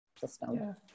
system